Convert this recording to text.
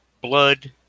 blood